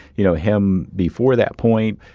you know, him before that point,